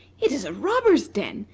it is a robber's den!